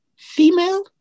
female